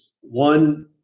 One